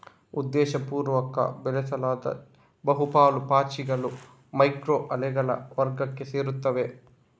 ಉದ್ದೇಶಪೂರ್ವಕವಾಗಿ ಬೆಳೆಸಲಾದ ಬಹು ಪಾಲು ಪಾಚಿಗಳು ಮೈಕ್ರೊ ಅಲ್ಗೇಗಳ ವರ್ಗಕ್ಕೆ ಸೇರುತ್ತವೆ